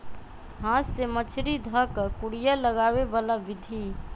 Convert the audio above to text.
हाथ से मछरी ध कऽ कुरिया लगाबे बला विधि